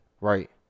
Right